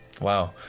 wow